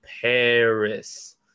paris